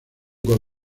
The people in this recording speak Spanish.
gol